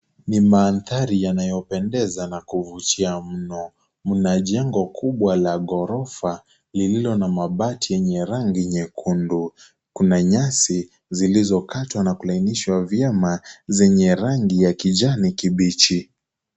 Ni maandhari yanayopendeza na kuvutia mno. Mna jengo kubwa la ghorofa lililo na mabati yenye rangi nyekundu. Kuna nyasi zilizokatwa na kulainishwa vyema, zenye rangi ya kijani kibichi.